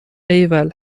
ایول